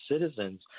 citizens